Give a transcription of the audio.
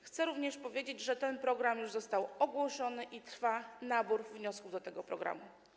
Chcę również powiedzieć, że ten program już został ogłoszony i trwa nabór wniosków do tego programu.